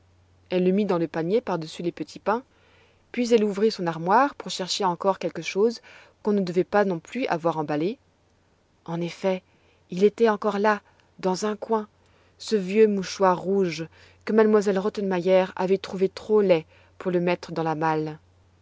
elle le mit dans le panier par dessus les petits pains puis elle ouvrit son armoire pour chercher encore quelque chose qu'on ne devait pas non plus avoir emballé en effet il était encore là dans un coin ce vieux mouchoir rouge que m elle rottenmeier avait trouvé trop laid pour le mettre dans la malle